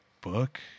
book